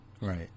Right